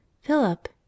Philip